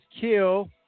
kill